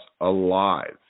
alive